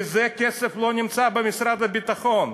לזה לא נמצא כסף במשרד הביטחון.